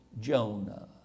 Jonah